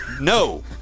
No